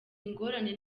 ingorane